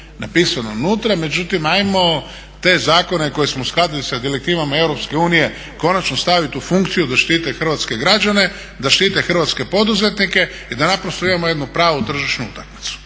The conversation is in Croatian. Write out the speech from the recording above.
napisano unutra, međutim ajmo te zakone koje smo uskladili sa direktivama Europske unije konačno stavit u funkciju da štite hrvatske građane, da štite hrvatske poduzetnike i da naprosto imamo jednu pravu tržišnu utakmicu.